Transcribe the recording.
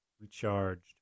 recharged